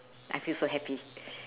I feel so happy